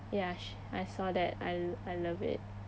ya I saw that I l~ I love it